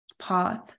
path